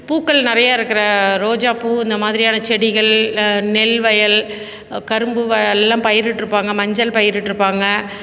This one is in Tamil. பூக்கள் நிறைய இருக்கிற ரோஜாப் பூ இந்தமாதிரியான செடிகள் நெல்வயல் கரும்பு எல்லாம் பயிரிட்டுருப்பாங்க மஞ்சள் பயிரிட்டுருப்பாங்க